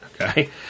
Okay